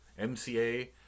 MCA